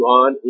on